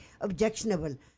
objectionable